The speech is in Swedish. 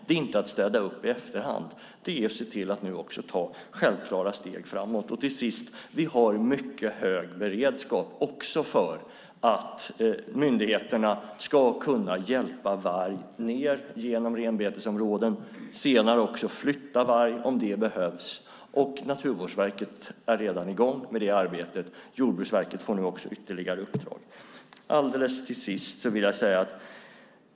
Det är inte att städa upp i efterhand; det är att se till att ta självklara steg framåt. Vi har också en mycket hög beredskap för att myndigheterna ska kunna hjälpa varg ned genom renbetesområden och senare även flytta varg om det behövs. Naturvårdsverket är redan i gång med det arbetet; Jordbruksverket får nu också ytterligare uppdrag.